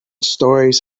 stories